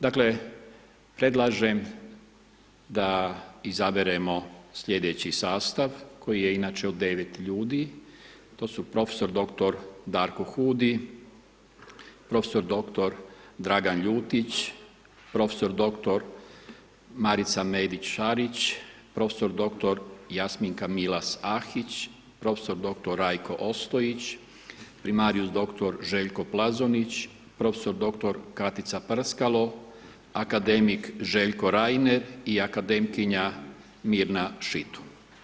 Dakle, predlažem da izaberemo sljedeći sastav koji je inače od 9 ljudi, to su prof. dr. Darko Hudi, prof. dr. Dragan Ljutić, prof. dr. Marica Medić Šarić, prof. dr. Jasminka Milas Ahić, prof. dr. Rajko Ostojić, primarijus dr. Željko Plazonić, prof. dr. Katica Prskalo, akademik Željko Reiner i akademkinja Mirna Šitum.